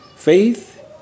Faith